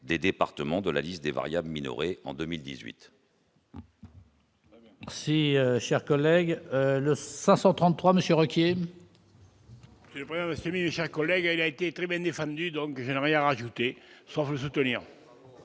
des départements de la liste des variables minorées en 2018,